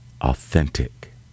authentic